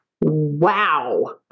Wow